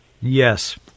Yes